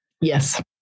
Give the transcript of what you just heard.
Yes